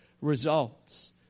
results